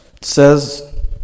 says